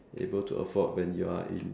able to afford when you are in